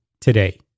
today